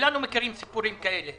כולנו מקבלים סיפורים כאלה.